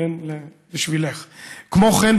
כמו כן,